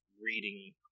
reading